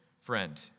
Friend